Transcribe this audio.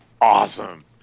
awesome